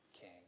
king